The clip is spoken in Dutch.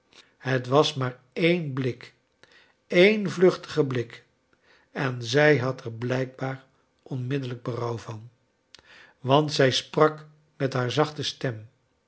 het was maar een blik een vluchtige blik en zij had er blijkbaar onmid dellijk berouw van want zij sprak rnt haar zachte stem